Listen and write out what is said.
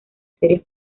series